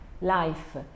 life